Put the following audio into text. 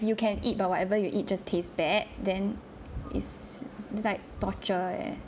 you can eat but whatever you eat just taste bad then it's just like torture eh